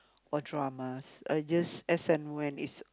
or dramas I just as and when it's